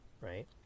right